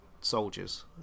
soldiers